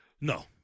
No